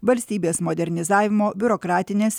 valstybės modernizavimo biurokratinės